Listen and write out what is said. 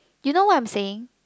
you know what I'm saying